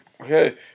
Okay